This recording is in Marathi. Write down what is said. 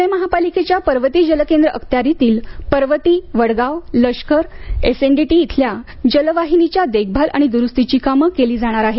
पुणे महापालिकेच्या पर्वती जलकेंद्र अखत्यारीतील पर्वती वडगाव लष्कर एसएनडीटी येथील जलवाहिनीच्या देखभाल आणि दुरुस्तीची कामे केली जाणार आहेत